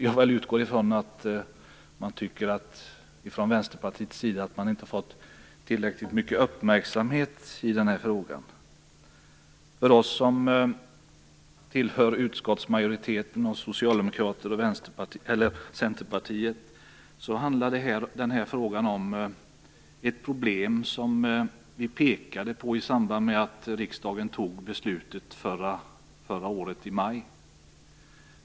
Jag utgår ifrån att man från Vänsterpartiets sida tycker att man inte har fått tillräckligt mycket uppmärksamhet i den här frågan. För oss som hör till utskottsmajoriteten, Socialdemokraterna och Centerpartiet, handlar den här frågan om ett problem som vi pekade på i samband med att riksdagen fattade beslutet förra året i maj.